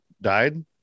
died